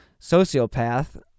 sociopath